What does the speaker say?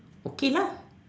okay lah